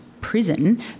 prison